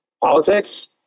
politics